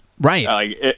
Right